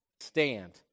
Stand